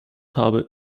habe